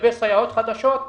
לגבי סייעות חדשות,